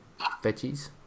veggies